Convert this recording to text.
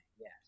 Yes